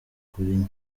kuri